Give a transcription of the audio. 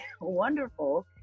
wonderful